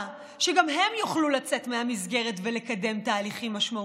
שגם הם יוכלו לצאת מהמסגרת ולקדם תהליכים משמעותיים,